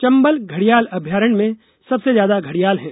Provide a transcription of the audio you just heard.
चंबल घडियाल अभ्यारण्य में सबसे ज्यादा घडियाल है